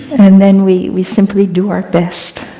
and then, we we simply do our best.